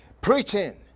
preaching